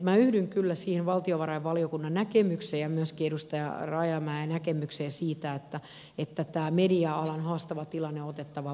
minä yhdyn kyllä siihen valtiovarainvaliokunnan ja myöskin edustaja rajamäen näkemykseen siitä että tämä media alan haastava tilanne on otettava vakavasti